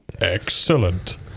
Excellent